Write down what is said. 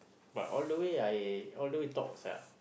but all the way I all the way talks ah